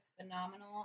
phenomenal